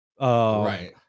Right